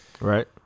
Right